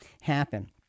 happen